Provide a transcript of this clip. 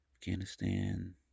Afghanistan